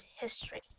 History